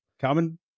common